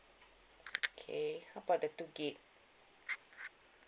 okay how about the two gig